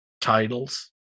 titles